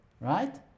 right